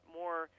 more